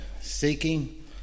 seeking